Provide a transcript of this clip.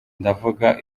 ndavuga